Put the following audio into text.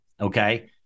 Okay